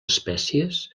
espècies